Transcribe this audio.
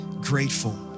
grateful